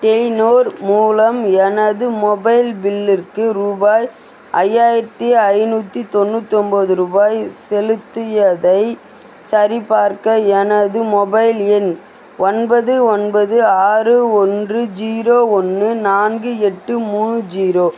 Telenor மூலம் எனது mobile பில்லுக்கு ரூபாய் ஐயாயிரத்தி ஐந்நூற்றி தொண்ணூற்றி ஒம்போது ரூபாய் செலுத்தியதைச் சரிபார்க்க எனது மொபைல் எண் ஒன்பது ஒன்பது ஆறு ஒன்று ஜீரோ ஒன்று நான்கு எட்டு மூணு ஜீரோ